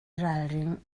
ralring